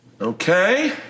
Okay